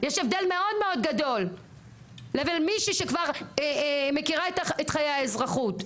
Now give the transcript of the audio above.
שי הבדל מאוד מאוד גדול לבין מישהו שכבר מכירה את חיי האזרחות.